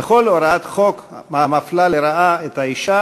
וכל הוראת חוק המפלה לרעה את האישה,